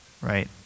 Right